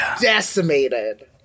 decimated